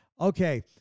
Okay